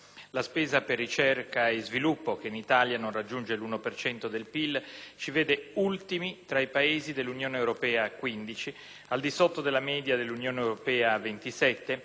La spesa per ricerca e sviluppo, che in Italia non raggiunge l'1 per cento del PIL, ci vede ultimi tra i Paesi dell'Unione europea a 15, al di sotto della media dell'Unione europea a 27